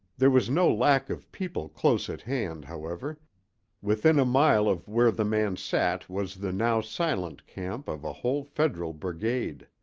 there was no lack of people close at hand, however within a mile of where the man sat was the now silent camp of a whole federal brigade.